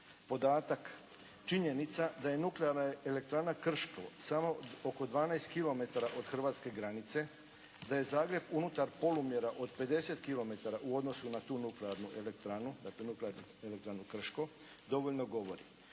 Podatak, činjenica da je nuklearna elektrana Krško samo oko 12 kilometara od hrvatske granice, da je Zagreb unutar polumjera od 50 kilometara u odnosu na tu nuklearnu elektranu, dakle Nuklearnu elektranu Krško dovoljno govori.